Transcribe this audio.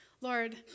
Lord